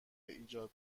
ایجاد